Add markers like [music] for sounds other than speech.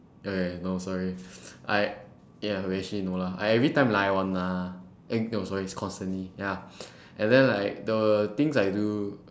lie no sorry [breath] I ya okay actually no lah I every time lie one lah eh no sorry is constantly ya [breath] and then like the things I do